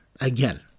again